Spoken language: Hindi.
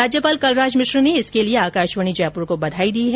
राज्यपाल कलराज मिश्र ने इसके लिए आकाशवाणी को बधाई दी है